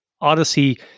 Odyssey